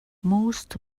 most